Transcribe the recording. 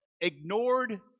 ignored